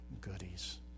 goodies